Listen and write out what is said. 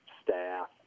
staff